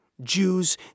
Jews